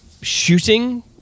shooting